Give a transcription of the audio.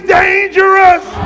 dangerous